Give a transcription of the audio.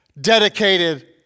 dedicated